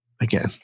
again